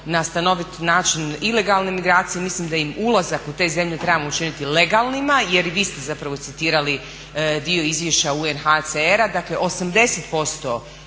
na stanovit način ilegalne migracije, mislim da im taj ulazak u te zemlje trebamo učiniti legalnima jer vi ste citirali dio izvješća UNHCR dakle 80%